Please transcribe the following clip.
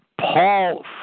Paul